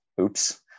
Oops